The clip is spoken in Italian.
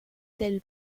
del